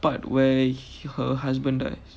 part where he her husband dies